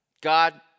God